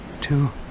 two